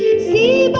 see